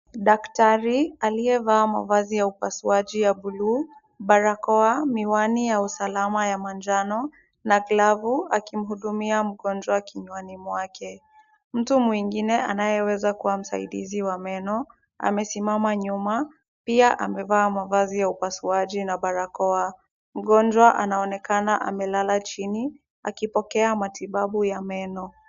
Daktari aliyevaa mavazi ya upasuaji ya buluu, barakoa, miwani ya usalama ya manjano na glavu akimhudumia mgonjwa kinywani mwake. Mtu mwengine anayeweza kuwa msaidizi wa meno amesimama nyuma. Pia amevaa mavazi ya upasuaji na barakoa. Mgonjwa anaonekana amelala chini akipokea matibabu ya meno.